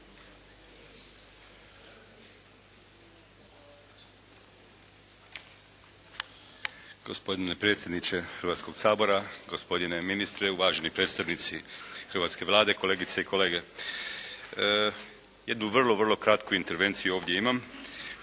Gospodine predsjedniče Hrvatskog sabora, gospodine ministre, uvaženi predstavnici hrvatske Vlade, kolegice i kolege. Jednu vrlo, vrlo kratku intervenciju ovdje imam.